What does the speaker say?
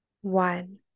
one